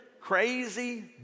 crazy